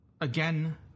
again